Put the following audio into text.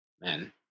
men